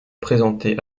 présenter